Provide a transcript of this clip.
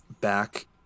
back